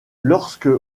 lorsque